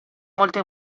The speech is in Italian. molte